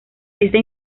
este